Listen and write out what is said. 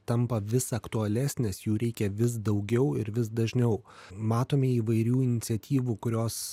tampa vis aktualesnės jų reikia vis daugiau ir vis dažniau matome įvairių iniciatyvų kurios